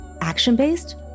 action-based